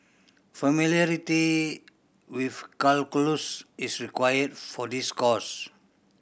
familiarity with calculus is required for this course